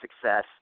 success